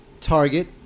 Target